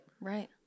Right